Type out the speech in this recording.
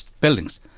buildings